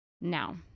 now